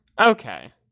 okay